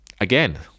Again